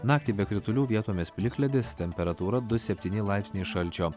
naktį be kritulių vietomis plikledis temperatūra du septyni laipsniai šalčio